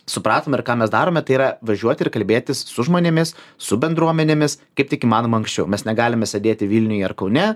supratom ir ką mes darome tai yra važiuoti ir kalbėtis su žmonėmis su bendruomenėmis kaip tik įmanoma anksčiau mes negalime sėdėti vilniuje ar kaune